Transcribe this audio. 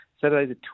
Saturday